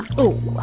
oh